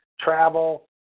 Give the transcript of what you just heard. travel